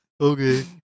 Okay